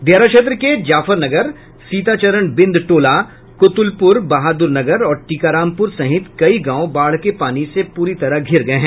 दियारा क्षेत्र के जाफर नगर सीताचरण बिंद टोला कृतलुपुर बहादुरनगर और टीकारामपुर सहित कई गांव बाढ़ की पानी से प्री तरह घिर गये हैं